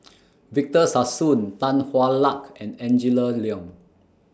Victor Sassoon Tan Hwa Luck and Angela Liong